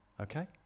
Okay